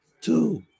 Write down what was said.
two